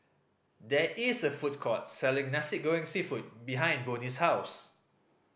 there is a food court selling Nasi Goreng Seafood behind Bonny's house